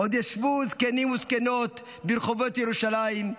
"עוד ישבו זקנים וזקנות ברחבות ירושלם,